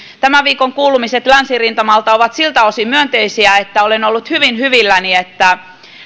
tämän viikon kuulumiset länsirintamalta ovat siltä osin myönteisiä että olen ollut hyvin hyvilläni että